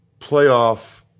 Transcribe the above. playoff